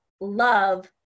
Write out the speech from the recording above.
love